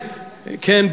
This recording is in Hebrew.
כן,